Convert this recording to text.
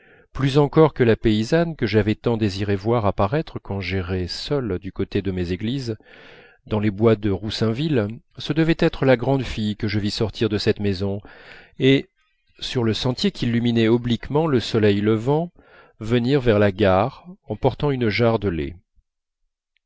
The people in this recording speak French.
plus encore que la paysanne que j'avais tant désiré voir apparaître quand j'errais seul du côté de méséglise dans les bois de roussainville ce devait être la grande fille que je vis sortir de cette maison et sur le sentier qu'illuminait obliquement le soleil levant venir vers la gare en portant une jarre de lait